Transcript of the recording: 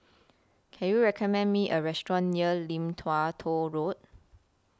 Can YOU recommend Me A Restaurant near Lim Tua Tow Road